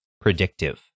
predictive